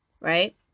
right